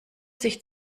sich